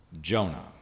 Jonah